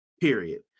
Period